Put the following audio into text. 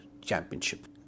championship